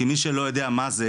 כי מי שלא יודע מה זה,